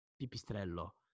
pipistrello